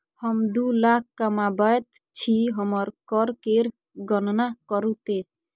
हम दू लाख कमाबैत छी हमर कर केर गणना करू ते